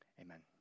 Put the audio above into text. Amen